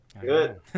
good